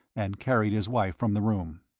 and carried his wife from the room.